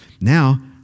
Now